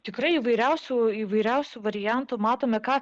tikrai įvairiausių įvairiausių variantų matome ką